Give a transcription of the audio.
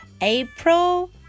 April